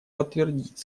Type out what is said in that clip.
подтвердить